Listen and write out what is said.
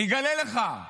אני אגלה לך: